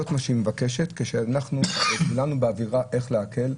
זה מה שממשלת ישראל מבקשת כשאנחנו כולנו באווירה של איך להקל,